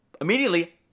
immediately